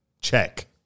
Check